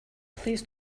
please